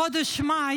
בחודש מאי